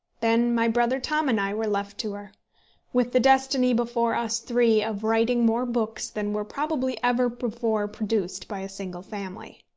then my brother tom and i were left to her with the destiny before us three of writing more books than were probably ever before produced by a single family.